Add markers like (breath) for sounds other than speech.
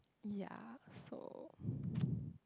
ya so (breath) (noise)